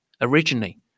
originally